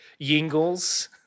yingles